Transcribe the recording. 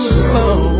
slow